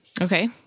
Okay